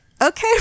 okay